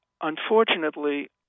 unfortunately